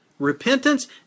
Repentance